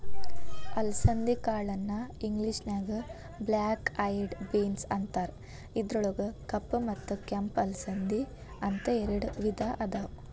ಅಲಸಂದಿ ಕಾಳನ್ನ ಇಂಗ್ಲೇಷನ್ಯಾಗ ಬ್ಲ್ಯಾಕ್ ಐಯೆಡ್ ಬೇನ್ಸ್ ಅಂತಾರ, ಇದ್ರೊಳಗ ಕಪ್ಪ ಮತ್ತ ಕೆಂಪ ಅಲಸಂದಿ, ಅಂತ ಎರಡ್ ವಿಧಾ ಅದಾವ